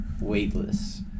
weightless